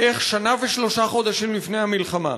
איך שנה ושלושה חודשים לפני המלחמה